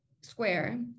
square